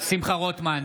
שמחה רוטמן,